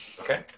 Okay